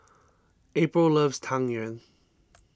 April loves Tang Yuen